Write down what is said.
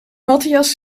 matthias